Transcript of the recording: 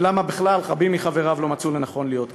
ולמה בכלל רבים מחבריו לא מצאו לנכון להיות כאן?